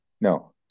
No